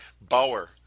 Bauer